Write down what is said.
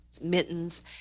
mittens